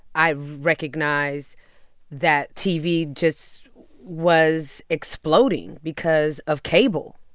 i recognize that tv just was exploding because of cable.